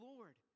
Lord